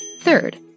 Third